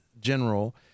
general